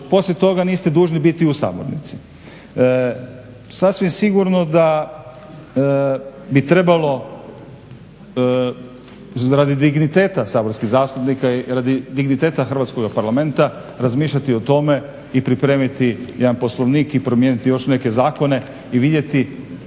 poslije toga niste dužni biti u sabornici. Sasvim sigurno da bi trebalo radi digniteta saborskih zastupnika i radi digniteta hrvatskoga Parlamenta razmišljati o tome i pripremiti jedan Poslovnik i promijeniti još neke zakone i vidjeti